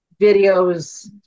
videos